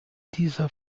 dieser